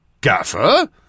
Gaffer